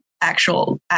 actual